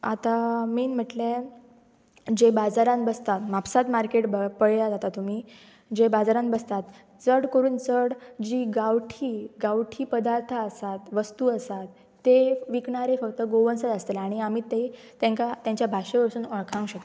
आतां मेन म्हटल्यार जे बाजारान बसतात म्हापसान मार्केट पळयात आतां तुमी जे बाजारान बसतात चड करून चड जी गांवठी गांवठी पदार्थ आसात वस्तू आसात ते विकणारे फक्त गोवन्सच आसतले आनी आमी ते तांकां तांच्या भाशे वरसून वळखूंक शकता